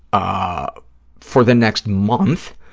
ah for the next month,